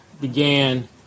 began